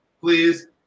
Please